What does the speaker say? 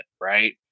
right